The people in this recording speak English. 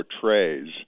portrays